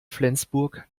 flensburg